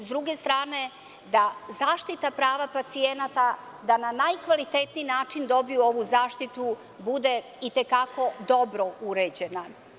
S druge strane, da zaštita prava pacijenata, da na najkvalitetniji način dobiju ovu zaštitu bude i te kako dobro uređena.